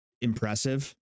impressive